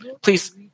Please